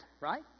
right